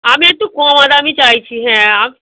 আমি একটু কম দামি চাইছি হ্যাঁ আমি